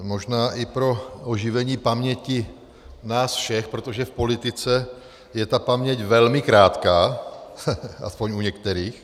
Možná i pro oživení paměti nás všech, protože v politice je ta paměť velmi krátká, aspoň u některých.